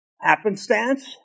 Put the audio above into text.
Happenstance